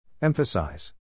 Emphasize